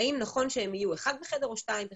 האם נכון שיהיה אחד בחדר או שיהיו 2 בחדר.